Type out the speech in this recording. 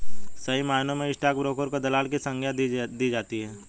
सही मायनों में स्टाक ब्रोकर को दलाल की संग्या दे दी जाती है